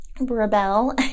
rebel